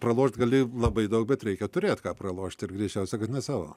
pralošt gali labai daug bet reikia turėt ką pralošt ir greičiausia kad ne savo